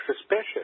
suspicious